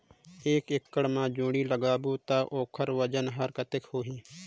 एक एकड़ मा जोणी ला लगाबो ता ओकर वजन हर कते होही?